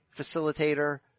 facilitator